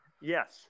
yes